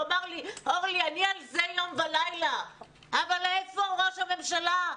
הוא אמר לי שעל זה הוא יום ולילה אבל איפה ראש הממשלה?